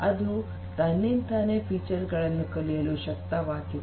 ಅದು ತನ್ನಿಂತಾನೇ ವೈಶಿಷ್ಟ್ಯಗಳನ್ನು ಕಲಿಯಲು ಶಕ್ತವಾಗಿದೆ